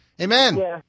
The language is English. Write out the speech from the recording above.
Amen